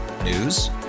News